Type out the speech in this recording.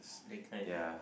that kind